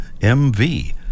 mv